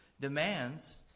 demands